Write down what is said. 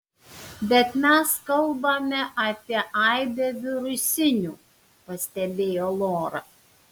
bet mes kalbame apie aibę virusinių pastebėjo lora